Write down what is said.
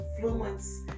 influence